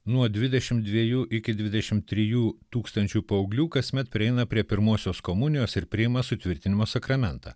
nuo dvidešim dviejų iki dvidešim trijų tūkstančių paauglių kasmet prieina prie pirmosios komunijos ir priima sutvirtinimo sakramentą